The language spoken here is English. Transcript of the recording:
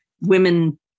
women